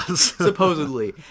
Supposedly